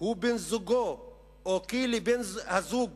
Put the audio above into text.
הוא בן זוגו או כי לבני הזוג